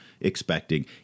expecting